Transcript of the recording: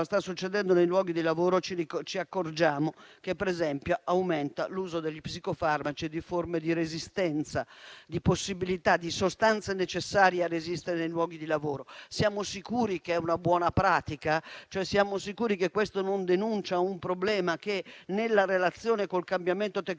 sta succedendo nei luoghi di lavoro, ci accorgiamo che, per esempio, aumenta l'uso degli psicofarmaci e di forme di resistenza, di possibilità di sostanza necessaria a resistere nei luoghi di lavoro. Siamo sicuri che sia una buona pratica? Siamo sicuri che questo non denunci un problema che nella relazione con il cambiamento tecnologico